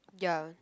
ya